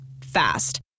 fast